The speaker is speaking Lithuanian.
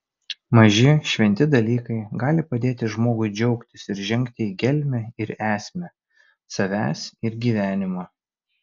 maži šventi dalykai gali padėti žmogui džiaugtis ir žengti į gelmę ir esmę savęs ir gyvenimo